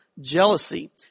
jealousy